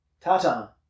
Ta-ta